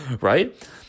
right